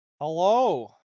Hello